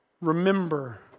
remember